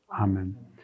Amen